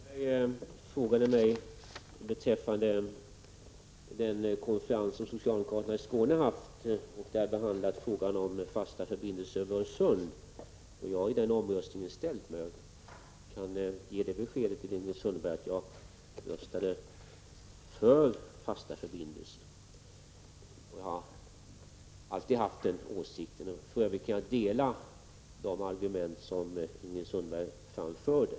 Herr talman! Ingrid Sundberg frågade mig beträffande den konferens som socialdemokraterna i Skåne har haft och där frågan om fasta förbindelser över Öresund har behandlats hur jag ställde mig i omröstningen. Jag kan ge det beskedet till Ingrid Sundberg att jag röstade för fasta förbindelser. Jag har alltid haft den åsikten, och jag har samma argument för den som Ingrid Sundberg framförde.